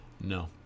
no